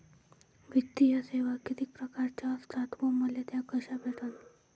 वित्तीय सेवा कितीक परकारच्या असतात व मले त्या कशा भेटन?